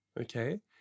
okay